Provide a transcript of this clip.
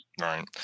right